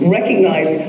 Recognize